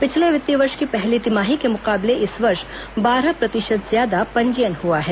पिछले वित्तीय वर्ष की पहली तिमाही के मुकाबले इस वर्ष बारह प्रतिशत ज्यादा पंजीयन हुआ है